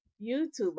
youtube